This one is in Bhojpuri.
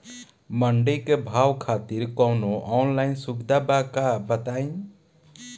मंडी के भाव खातिर कवनो ऑनलाइन सुविधा बा का बताई?